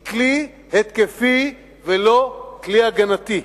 היא כלי התקפי ולא כלי הגנתי.